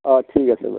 অঁ ঠিক আছে বাৰু